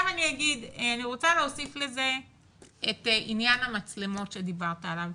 אני רוצה להוסיף לזה את עניין המצלמות שדיברת עליו.